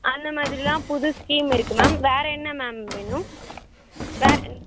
அந்தமாதிரில்லாம் புது ஸ்கீம் இருக்குது மேம் வேறு என்ன மேம் வேணும் வேறு என்ன